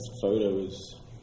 photos